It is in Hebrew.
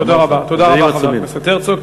תודה רבה לחבר הכנסת הרצוג,